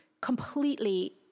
completely